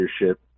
leadership